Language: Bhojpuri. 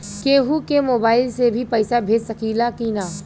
केहू के मोवाईल से भी पैसा भेज सकीला की ना?